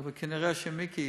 אבל כנראה מיקי,